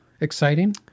Exciting